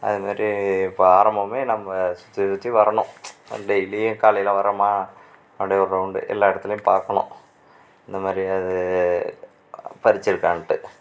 அது மாதிரி இப்போ ஆரம்பமே நம்ம சுற்றி சுற்றி வரணும் டெய்லியும் காலையில் வரோமா அப்படியே ஒரு ரவுண்டு எல்லா இடத்துலயும் பார்க்கணும் இந்த மாதிரி அது பறிச்சுருக்கான்ட்டு